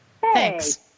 Thanks